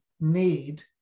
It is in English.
need